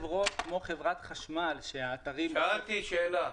עופר, שאלתי אותו שאלה.